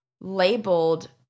labeled